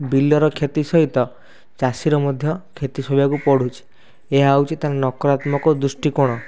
ବିଲର କ୍ଷତି ସହିତ ଚାଷୀର ମଧ୍ୟ କ୍ଷତି ସହିବାକୁ ପଡ଼ୁଛି ଏହା ହେଉଛି ନକାରାତ୍ମକ ଦୃଷ୍ଟିକୋଣ